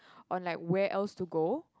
on like where else to go